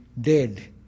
dead